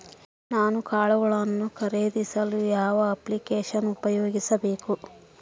ನಾನು ಕಾಳುಗಳನ್ನು ಖರೇದಿಸಲು ಯಾವ ಅಪ್ಲಿಕೇಶನ್ ಉಪಯೋಗಿಸಬೇಕು?